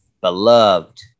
beloved